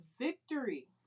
victory